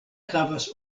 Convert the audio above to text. havas